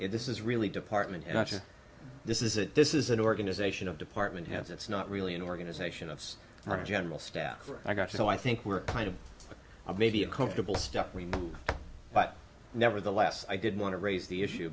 this is really department and this is it this is an organization of department has it's not really an organization of general staff i got so i think we're kind of maybe a comfortable step we know but nevertheless i did want to raise the issue